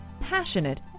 passionate